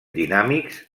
dinàmics